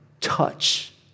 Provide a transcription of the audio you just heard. touch